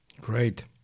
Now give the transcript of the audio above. Great